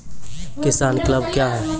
किसान क्लब क्या हैं?